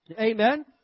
amen